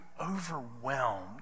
overwhelmed